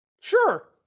Sure